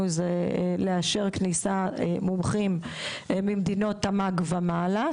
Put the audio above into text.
זה לאשר כניסת מומחים ממדינות תמ"ג ומעלה,